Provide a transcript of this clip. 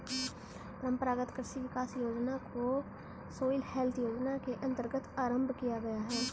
परंपरागत कृषि विकास योजना को सॉइल हेल्थ योजना के अंतर्गत आरंभ किया गया है